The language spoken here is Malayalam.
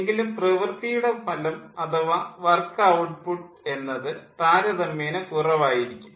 എങ്കിലും പ്രവൃത്തിയുടെ ഫലം അഥവാ വർക്ക് ഔട്ട്പുട്ട് എന്നത് താരതമ്യേന കുറവായിരിക്കും